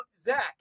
Zach